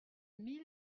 mille